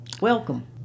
welcome